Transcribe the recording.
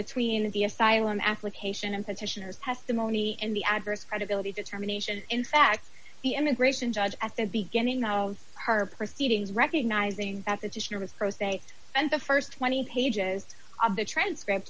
between the asylum application and petitioners testimony and the adverse credibility determination in fact the immigration judge at the beginning of her proceedings recognizing that the tissue was pro se and the st twenty pages of the transcript